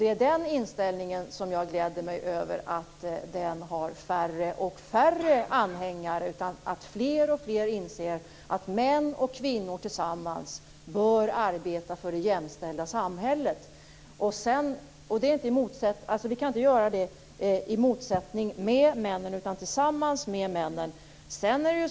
Det är den inställningen som jag är glad över att färre och färre är anhängare av. Fler och fler inser att män och kvinnor tillsammans bör arbeta för det jämställda samhället. Vi kan inte göra det i motsättning med männen utan tillsammans med männen.